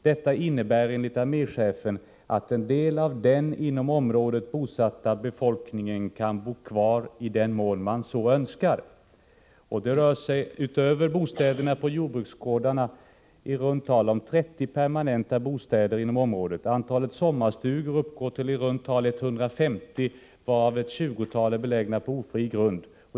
Detta innebär enligt arméchefen att en del av den inom området bosatta befolkningen kan bo kvar i den mån man så önskar.” I början av samma stycke kan man läsa: ”Utöver bostäderna på jordbruksgårdarna finns i runt tal 30 permanenta bostäder inom området. Antalet sommarstugor uppgår till i runt tal 150, varav ett 20-tal är belägna på ofri grund.